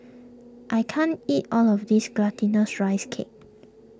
I can't eat all of this Glutinous Rice Cake